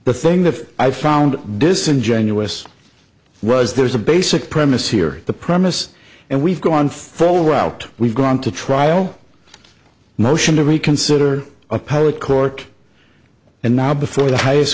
the thing that i found disingenuous was there's a basic premise here the premise and we've gone phone route we've gone to trial motion to reconsider appellate court and now before the highest